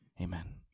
Amen